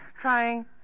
trying